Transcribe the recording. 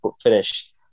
finish